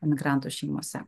emigrantų šeimose